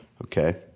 okay